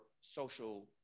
social